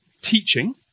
teaching